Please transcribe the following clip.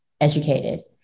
educated